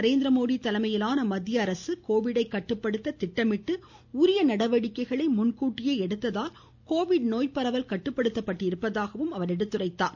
நரேந்திரமோடி தலைமையிலான மத்திய அரசு கோவிட்டை கட்டுப்படுத்த திட்டமிட்டு உரிய நடவடிக்கைகளை எடுத்ததால் கோவிட் நோய் பரவல் கட்டுப்படுத்தப்பட்டிருப்பதாக கூறினார்